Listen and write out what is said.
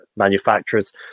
manufacturers